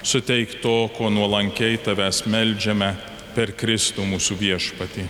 suteik to ko nuolankiai tavęs meldžiame per kristų mūsų viešpatį